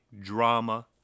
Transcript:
drama